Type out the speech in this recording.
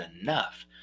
enough